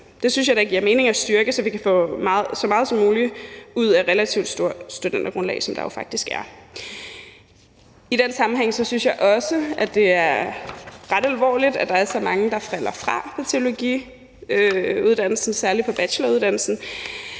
det giver mening at styrke, så vi kan få så meget som muligt ud af et relativt stort studentergrundlag, som der jo faktisk er. I den sammenhæng synes jeg også, at det er ret alvorligt, at der er så mange, der falder fra på teologiuddannelsen, særlig på bacheloruddannelsen.